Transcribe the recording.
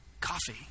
Coffee